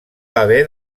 haver